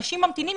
אנשים ממתינים.